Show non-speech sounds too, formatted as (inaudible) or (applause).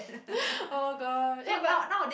(laughs) oh god eh but